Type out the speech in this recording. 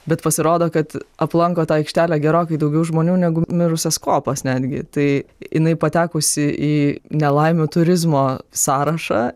bet pasirodo kad aplanko tą aikštelę gerokai daugiau žmonių negu mirusias kopas netgi tai jinai patekusi į nelaimių turizmo sąrašą